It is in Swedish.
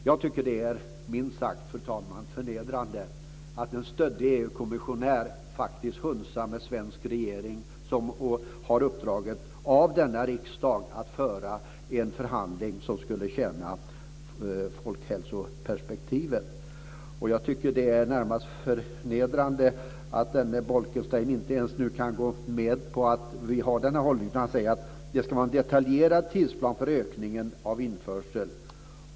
Jag tycker att det är minst sagt förnedrande att en stöddig EU-kommissionär hunsar med en svensk regering som har uppdraget av denna riksdag att föra en förhandling som skulle tjäna folkhälsoperspektivet. Jag tycker att det är närmast förnedrande att denne Bolkestein inte ens kan gå med på att vi har denna hållning. Han säger att det ska vara en detaljerad tidsplan för ökningen av införsel.